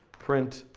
print